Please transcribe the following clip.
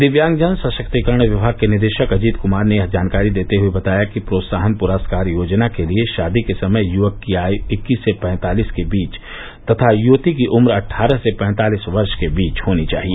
दिव्यांगजन सशक्तीकरण विमाग के निदेशक अजीत क्मार ने यह जानकारी देते हुए बताया कि प्रोत्साहन पुरस्कार योजना के लिये शादी के समय युवक की आयु इक्कीस से पैंतालिस के बीच तथा युवती की उन्न अट्ठारह से पैंतालिस वर्ष के बीच होनी चाहिए